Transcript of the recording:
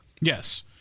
Yes